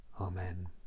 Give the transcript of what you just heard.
Amen